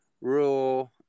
rule